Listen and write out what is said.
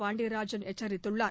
பாண்டியராஜன் எச்சரித்துள்ளார்